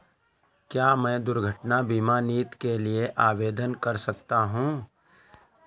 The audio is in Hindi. क्या मैं दुर्घटना बीमा नीति के लिए आवेदन कर सकता हूँ?